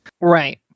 Right